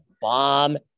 bomb